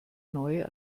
neue